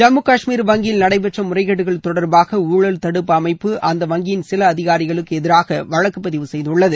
ஜம்மு சாஷ்மீர் வங்கியில் நடைபெற்ற முறைகேடுகள் தொடர்பாக ஊழல் தடுப்பு அமைப்பு அந்த வங்கியின் சில அதிகாரிகளுக்கு எதிராக வழக்கு பதிவு செய்துள்ளது